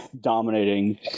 dominating